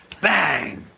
Bang